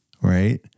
right